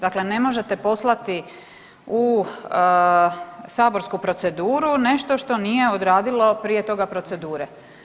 Dakle, ne možete poslati u saborsku proceduru nešto što nije odradilo prije toga procedure.